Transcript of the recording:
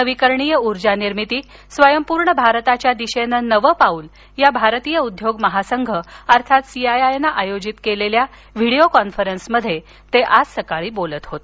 नवीकरणीय ऊर्जानिर्मिती स्वयंपूर्ण भारताच्या दिशेने नवे पाऊल या भारतीय उद्योग महासंघ अर्थात सी आय आय नं आयोजित केलेल्या व्हीडीओ कोन्फरन्समध्ये ते आज सकाळी बोलत होते